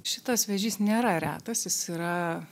šitas vėžys nėra retas jis yra